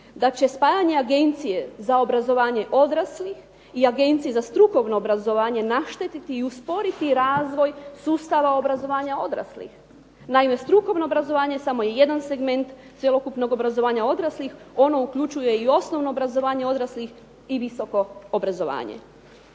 da će spajanje Agencije za obrazovanje odraslih i Agencije za strukovno obrazovanje naštetiti i usporiti razvoj sustava obrazovanja odraslih. Naime, strukovno obrazovanje samo je jedan segment cjelokupnog obrazovanja odraslih. Ono uključuje i osnovno obrazovanje odraslih i visoko obrazovanje.